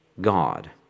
God